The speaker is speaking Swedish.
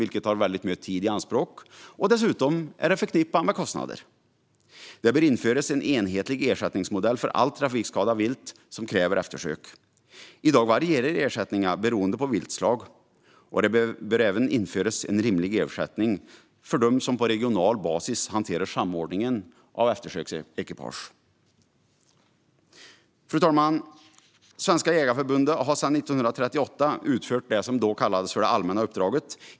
Det tar mycket tid i anspråk och är förknippat med kostnader. Det bör införas en enhetlig ersättningsmodell för allt trafikskadat vilt som kräver eftersök. I dag varierar ersättningen beroende på viltslag. Det bör även införas rimlig ersättning för dem som hanterar den regionala samordningen av eftersöksekipage. Fru talman! Svenska Jägareförbundet har sedan 1938 utfört det som då kallades det allmänna uppdraget.